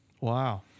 Wow